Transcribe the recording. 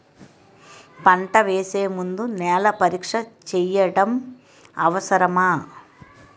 పంట వేసే ముందు నేల పరీక్ష చేయటం అవసరమా?